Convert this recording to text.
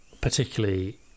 particularly